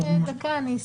אני אשמח.